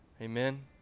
Amen